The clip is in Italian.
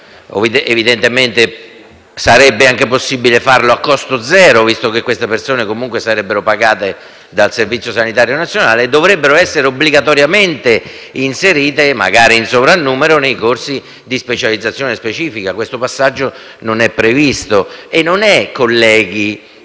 Sarebbe anche possibile fare ciò a costo zero, visto che quelle persone, comunque, sarebbero pagate dal Servizio sanitario nazionale e dovrebbero essere obbligatoriamente inserite, magari in soprannumero, nei corsi di specializzazione specifica, ma questo passaggio non è previsto. Questa non è, colleghi,